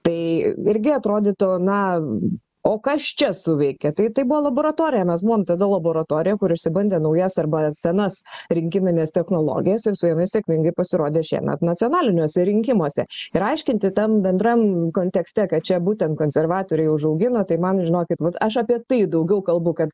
tai irgi atrodytų na o kas čia suveikė tai tai buvo laboratorija mes buvom tada laboratorija kur išsibandė naujas arba senas rinkimines technologijas ir su jomis sėkmingai pasirodė šiemet nacionaliniuose rinkimuose ir aiškinti tam bendram kontekste kad čia būtent konservatoriai užaugino tai man žinokit aš apie tai daugiau kalbu kad